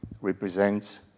represents